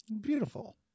beautiful